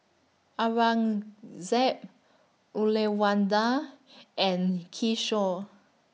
Aurangzeb Uyyalawada and Kishore